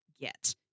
get